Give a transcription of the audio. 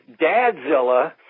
Dadzilla